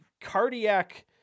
cardiac